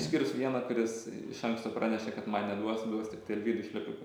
išskyrus vieną kuris iš anksto pranešė kad man neduos duos tiktai alvydui šlepikui